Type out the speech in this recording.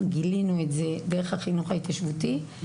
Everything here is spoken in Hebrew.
גילינו את זה דרך החינוך ההתיישבותי.